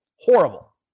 Horrible